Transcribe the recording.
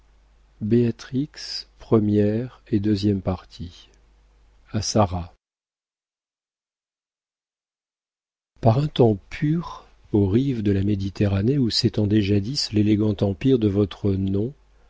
sarah par un temps pur aux rives de la méditerranée où s'étendait jadis l'élégant empire de votre nom